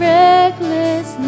reckless